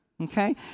Okay